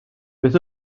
beth